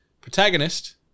protagonist